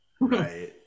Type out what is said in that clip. Right